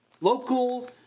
local